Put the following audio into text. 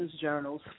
Journals